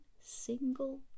single